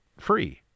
free